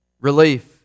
Relief